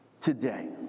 today